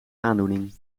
aandoening